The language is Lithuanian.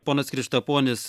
ponas krištaponis